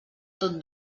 tot